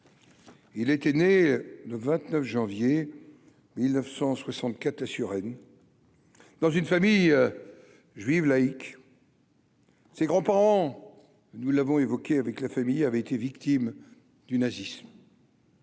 Il était né le 29 janvier 1964 Suresnes dans une famille juive laïque. Ses grands-parents, nous l'avons évoqué avec la famille avait été victime du nazisme.